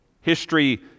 History